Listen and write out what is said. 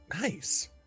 nice